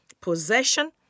possession